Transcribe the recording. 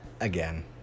again